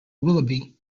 willoughby